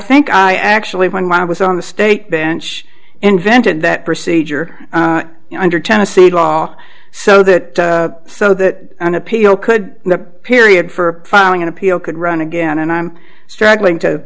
think i actually when i was on the state bench invented that procedure you know under tennessee law so that so that an appeal could the period for filing an appeal could run again and i'm struggling to